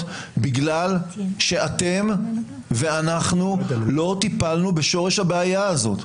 בגלל שאתם ואנחנו לא טיפלנו בשורש הבעיה הזאת,